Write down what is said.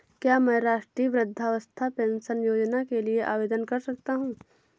क्या मैं राष्ट्रीय वृद्धावस्था पेंशन योजना के लिए आवेदन कर सकता हूँ?